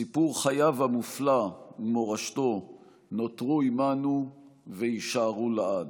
סיפור חייו המופלא ומורשתו נותרו עימנו ויישארו לעד.